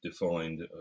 defined